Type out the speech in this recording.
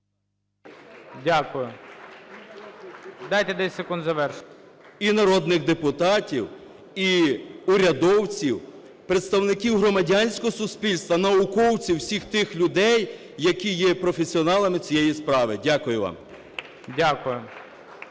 Дякую. Дайте 10 секунд завершити. 10:28:00 ЦИМБАЛЮК М.М. …і народних депутатів, і урядовців, представників громадянського суспільства, науковців – всіх тих людей, які є професіоналами цієї справи. Дякую вам.